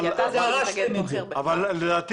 לדעתי